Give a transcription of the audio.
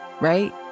right